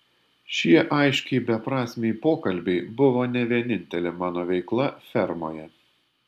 šie aiškiai beprasmiai pokalbiai buvo ne vienintelė mano veikla fermoje